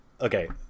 Okay